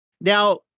Now